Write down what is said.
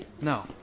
No